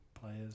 players